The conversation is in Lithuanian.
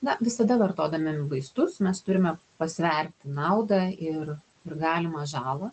na visada vartodami vaistus mes turime pasverti naudą ir ir galimą žalą